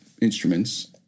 instruments